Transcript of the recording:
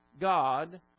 God